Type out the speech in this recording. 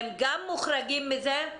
הם גם מוחרגים מזה?